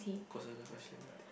cause I love ice lemon tea